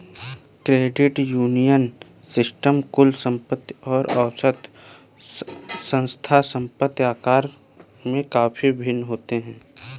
credit union system कुल संपत्ति और औसत संस्था संपत्ति आकार में काफ़ी भिन्न होते हैं